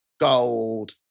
gold